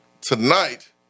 tonight